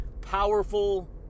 powerful